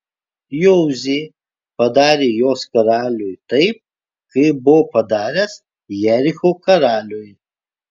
jozuė padarė jos karaliui taip kaip buvo padaręs jericho karaliui